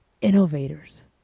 innovators